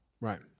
right